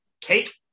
cake